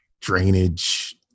drainage